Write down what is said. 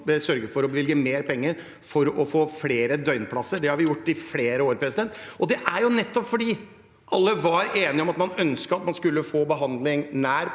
sørge for å bevilge mer penger for å få flere døgnplasser. Det har vi gjort i flere år, og det er nettopp fordi alle var enige om at man ønsket at man skulle få nær behandling,